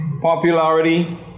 Popularity